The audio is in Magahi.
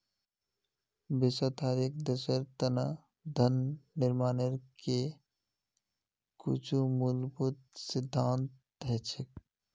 विश्वत हर एक देशेर तना धन निर्माणेर के कुछु मूलभूत सिद्धान्त हछेक